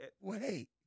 wait